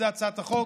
זאת הצעת החוק,